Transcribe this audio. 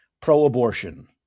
pro-abortion